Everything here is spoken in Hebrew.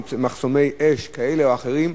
מחסומי אש כאלה ואחרים,